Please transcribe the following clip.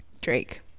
drake